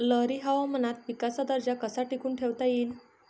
लहरी हवामानात पिकाचा दर्जा कसा टिकवून ठेवता येईल?